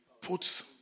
puts